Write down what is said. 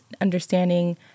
understanding